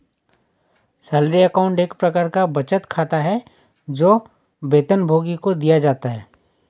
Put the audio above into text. salary account एक प्रकार का बचत खाता है, जो वेतनभोगी को दिया जाता है